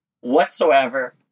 whatsoever